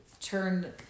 turn